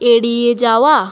এড়িয়ে যাওয়া